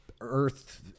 Earth